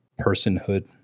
personhood